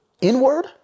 inward